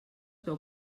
veu